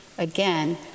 Again